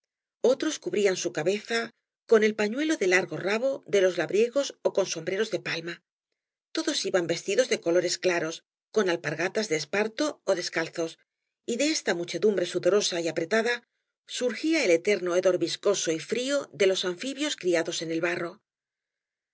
otros cubrían su cabeza con el pañuelo de largo rabo de los labriegos ó con sombreros de palma todos iban vestidos de colores claros con aipargataa de esparto ó deacalzos y de eata muchedumbre audorosa y apretada surgía el eterno hedor viscoso y frío de los anfibios criados eft el barro sobre la